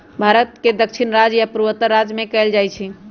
भारत के दक्षिणी राज्य आ पूर्वोत्तर राज्य में कएल जाइ छइ